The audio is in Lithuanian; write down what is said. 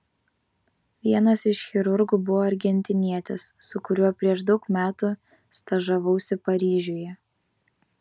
vienas iš chirurgų buvo argentinietis su kuriuo prieš daug metų stažavausi paryžiuje